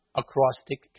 acrostic